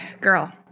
girl